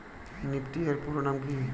Nifty এর পুরোনাম কী?